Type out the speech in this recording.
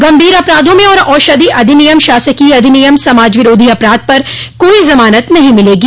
गंभीर अपराधों में और औषधि अधिनियम शासकीय अधिनियम समाज विरोधी अपराध पर कोई जमानत नहीं मिलेगी